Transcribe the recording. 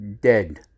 Dead